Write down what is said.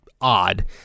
odd